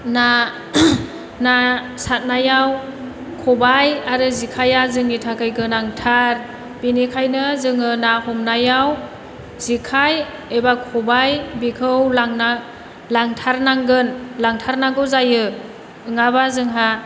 ना ना सारनायाव खबाय आरो जेखाया जोंनि थाखाय गोनांथार बिनिखायनो जोङो ना हमनायाव जेखाय एबा खबाय बेखौ लांना लांथारनांगोन लांथारनांगौ जायो नोङाबा जोंहा